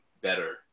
better